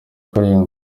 karindwi